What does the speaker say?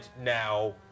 now